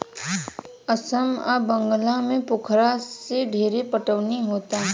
आसाम आ बंगाल में पोखरा से ढेरे पटवनी होता